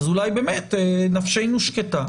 אז אולי באמת נפשנו שקטה.